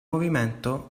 movimento